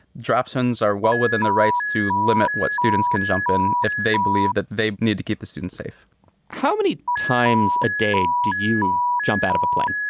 dropsondes are well within the rights to limit what students can jump in if they believe that they need to keep the students safe how many times a day do you jump out of a plane?